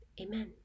Amen